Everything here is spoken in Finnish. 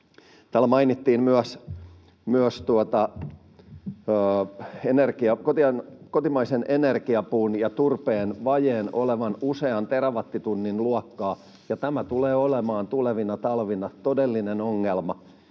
Täällä mainittiin myös kotimaisen energiapuun ja ‑turpeen vajeen olevan usean terawattitunnin luokkaa, ja tämä tulee olemaan tulevina talvina todellinen ongelma.